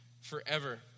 forever